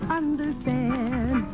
understand